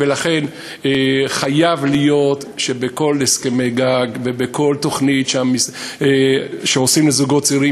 לכן בכל הסכמי הגג ובכל תוכנית שעושים לזוגות צעירים,